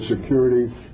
security